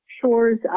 shores